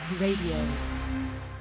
RADIO